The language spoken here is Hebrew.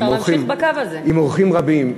עם אורחים רבים,